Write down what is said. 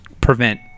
prevent